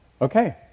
okay